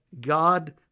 God